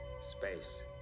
Space